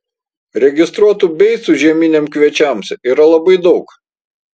registruotų beicų žieminiams kviečiams yra labai daug